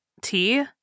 Tea